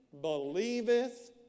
believeth